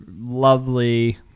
lovely